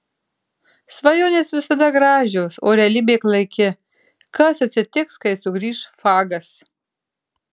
svajonės visada gražios o realybė klaiki kas atsitiks kai sugrįš fagas